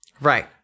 Right